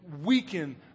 weaken